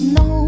no